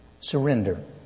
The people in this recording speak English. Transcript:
Surrender